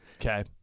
Okay